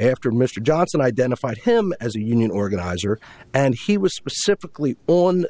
after mr johnson identified him as a union organizer and he was specifically on